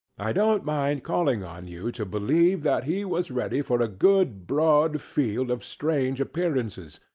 i don't mind calling on you to believe that he was ready for a good broad field of strange appearances,